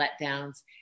letdowns